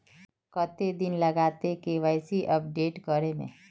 कते दिन लगते के.वाई.सी अपडेट करे में?